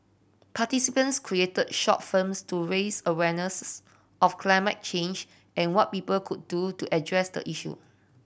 participants created short firms to raise awareness of climate change and what people could do to address the issue